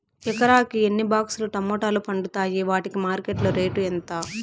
ఎకరాకి ఎన్ని బాక్స్ లు టమోటాలు పండుతాయి వాటికి మార్కెట్లో రేటు ఎంత?